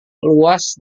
luas